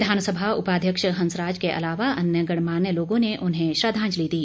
विधानसभा उपाध्यक्ष हंसराज के अलावा अन्य गणमान्य लोगों ने उन्हें श्रद्वांजलि दी